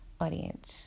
audience